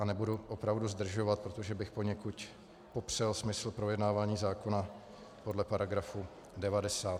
Nebudu opravdu zdržovat, protože bych poněkud popřel smysl projednávání zákona podle § 90.